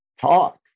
talk